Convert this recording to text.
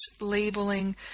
labeling